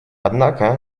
однако